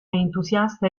entusiasta